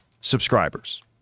subscribers